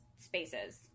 spaces